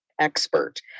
expert